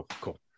cool